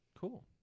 Cool